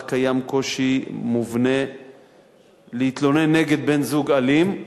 שבה קיים קושי מובנה להתלונן נגד בן-זוג אלים,